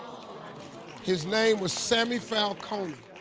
his name was sammy falcone.